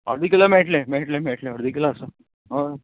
अर्द किलो मेयटले मेयटले मेयटले अर्द किला आसा हय